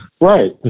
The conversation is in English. Right